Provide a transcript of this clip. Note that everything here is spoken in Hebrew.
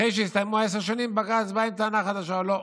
אחרי שהסתיימו עשר שנים בג"ץ בא עם טענה חדשה: לא,